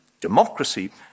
democracy